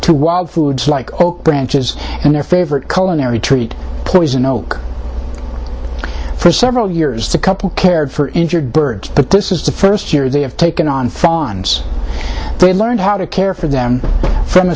to wild foods like branches and their favorite color marry treat poison oak for several years the couple cared for injured birds but this is the first year they have taken on farms they learned how to care for them from a